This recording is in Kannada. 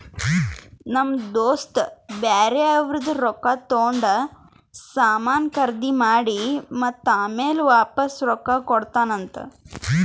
ನಮ್ ದೋಸ್ತ ಬ್ಯಾರೆ ಅವ್ರದ್ ರೊಕ್ಕಾ ತಗೊಂಡ್ ಸಾಮಾನ್ ಖರ್ದಿ ಮಾಡಿ ಮತ್ತ ಆಮ್ಯಾಲ ವಾಪಾಸ್ ರೊಕ್ಕಾ ಕೊಡ್ತಾನ್ ಅಂತ್